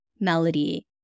melody